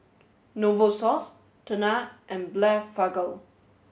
Novosource Tena and Blephagel